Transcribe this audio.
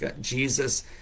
Jesus